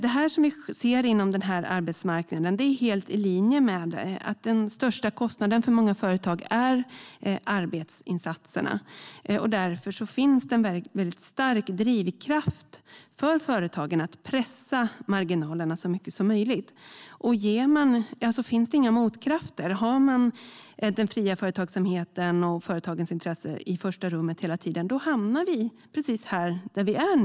Det vi ser inom denna arbetsmarknad är helt i linje med att den största kostnaden för många företag är arbetsinsatserna. Därför finns en stark drivkraft för företagen att pressa marginalerna så mycket som möjligt. Om det inte finns några motkrafter och om man hela tiden sätter den fria företagsamheten och företagens intresse i första rummet hamnar man precis där vi nu är.